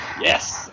Yes